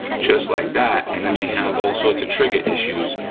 just like that, and then they have all sorts of trigger issues,